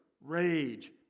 rage